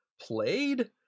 played